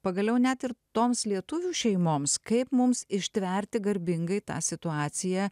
pagaliau net ir toms lietuvių šeimoms kaip mums ištverti garbingai tą situaciją